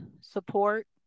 support